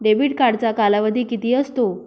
Debit कार्डचा कालावधी किती असतो?